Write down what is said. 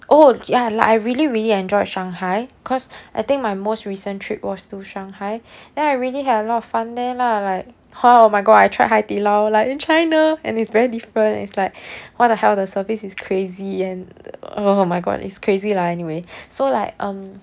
oh ya like I really really enjoyed shanghai cause I think my most recent trip was to shanghai then I really had a lot of fun there lah like hor oh my god I tried hai di lao like in china and it's very different is like what the hell the service is crazy and oh my god it's crazy lah anyway so like um